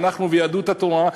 אנחנו ויהדות התורה,